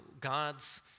God's